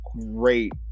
great